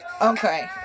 Okay